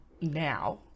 now